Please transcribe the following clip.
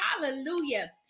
hallelujah